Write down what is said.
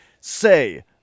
Say